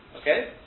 Okay